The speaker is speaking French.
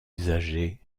usagers